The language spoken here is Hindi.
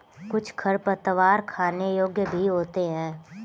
कुछ खरपतवार खाने योग्य भी होते हैं